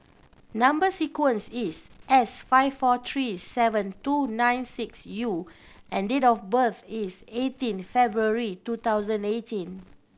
number sequence is S five four three seven two nine six U and date of birth is eighteen February two thousand eighteen